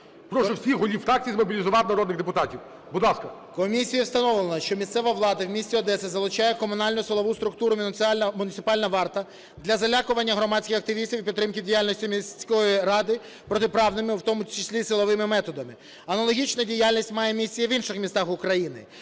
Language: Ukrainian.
Прошу всіх голів фракцій змобілізувати народних депутатів. Будь ласка.